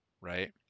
right